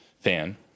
fan